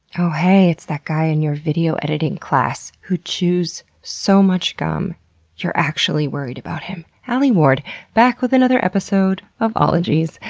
oh heeey! it's that guy in your video editing class, who chews so much gum you're actually worried about him. alie ward back with another episode of ologies.